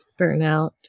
Burnout